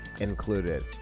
included